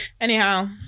anyhow